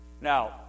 Now